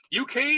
UK